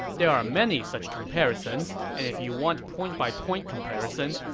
there are many such comparisons, and if you want point-by-point comparisons,